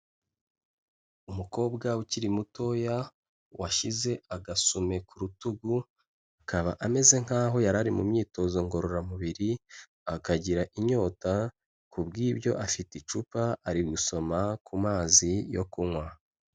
Umukobwa ukiri mutoya, washyize agasume ku rutugu, akaba ameze nk'aho yari ari mu myitozo ngororamubiri, akagira inyota, kubw'ibyo afite icupa ari gusoma ku mazi yo kunywa.